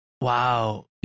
Wow